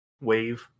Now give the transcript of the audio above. wave